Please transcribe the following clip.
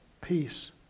peace